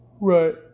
Right